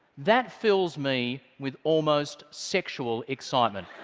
that fills me with almost sexual excitement.